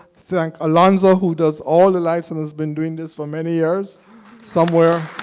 thank alonzo, who does all the lights and has been doing this for many years somewhere,